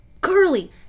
Curly